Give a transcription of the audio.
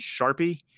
Sharpie